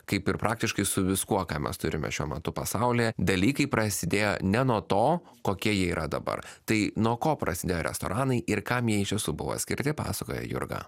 kaip ir praktiškai su viskuo ką mes turime šiuo metu pasaulyje dalykai prasidėjo ne nuo to kokie jie yra dabar tai nuo ko prasidėjo restoranai ir kam jie iš tiesų buvo skirti pasakoja jurga